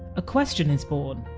a question is born.